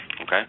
okay